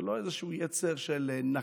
זה לא איזשהו יצר של נקמנות,